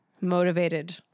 motivated